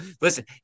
Listen